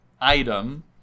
item